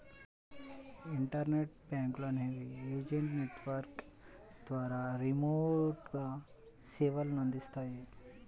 internet బ్యాంకులు అనేవి agent network ద్వారా రిమోట్గా సేవలనందిస్తాయి